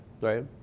right